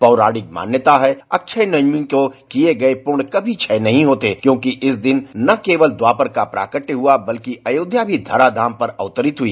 पौराणिक मान्यता है अक्षय नवमी को किए गए पुण्य कभी क्षय नहीं होते क्योंकि इस तिथि को न केवल द्वापर का प्राकट्च हुआ बल्कि अयोध्या भी धरा धाम पर अवतरित हुई